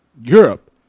Europe